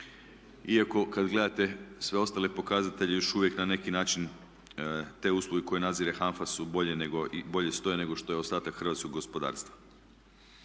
iako kad gledate sve ostale pokazatelje još uvijek na neki način te usluge koje nadzire HANFA su bolje nego, bolje stoje nego što je ostatak hrvatskog gospodarstva.